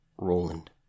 roland